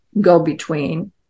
go-between